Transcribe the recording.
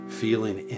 feeling